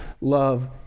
love